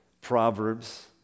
Proverbs